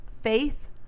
faith